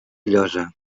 llosa